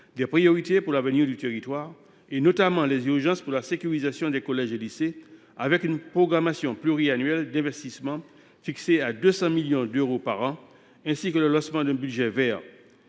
des priorités pour l’avenir du territoire, notamment l’urgence de la sécurisation des collèges et des lycées, avec une programmation pluriannuelle d’investissement fixée à 200 millions d’euros par an, ainsi que le lancement d’un budget vert.